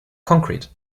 concrete